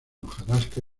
hojarasca